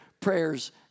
prayers